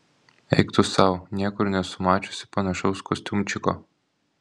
eik tu sau niekur nesu mačiusi panašaus kostiumčiko